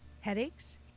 Headaches